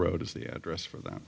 road is the address for them